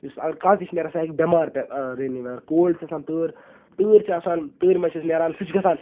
یُس اکھ کانہہ تہِ چھُ نیران سُہ ہیٚکہِ بیمار پیتھ رینی ویدر کولڑ چھُ آسان تور تۭر چھےٚ آسان تۭرِ منٛز چھِ أسۍ نیران سُہ چھُ گژھان